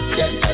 yes